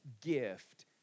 gift